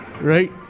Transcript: Right